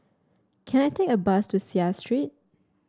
can I take a bus to Seah Street